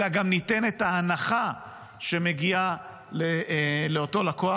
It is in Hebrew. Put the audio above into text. אלא גם ניתן את ההנחה שמגיעה לאותו לקוח.